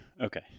okay